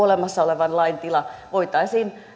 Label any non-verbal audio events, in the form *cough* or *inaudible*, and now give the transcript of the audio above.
*unintelligible* olemassa olevan lain tila voitaisiin